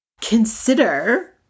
consider